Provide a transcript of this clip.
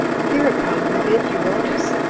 hereupon he bid euodus,